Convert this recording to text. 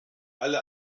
alle